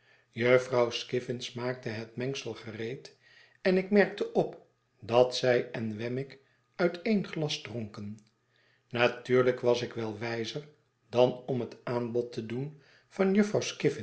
jufvrouw skiffins maakte het mengsel gereed en ik merkte op dat zij en wemmick uit een glas dronken natuurlijk was ik wel wijzer dan om het aanbod te doen van jufvrouw